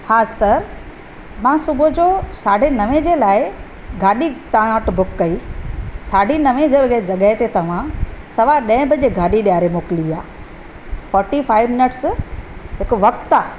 हा सर मां सुबुहु जो साढे नवे जे लाइ गाॾी तव्हां वटि बुक कई साढी नवे जे वॻे जॻह ते तव्हां सवा ॾहे बजे गाॾी ॾियारे मोकिली आहे फोटी फाइव मिनिट्स हिकु वक़्ति आहे